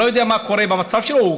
לא יודע מה קורה במצב שלו.